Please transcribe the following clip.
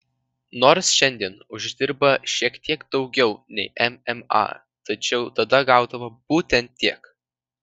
nors šiandien uždirba šiek tiek daugiau nei mma tačiau tada gaudavo būtent tiek